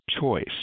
choice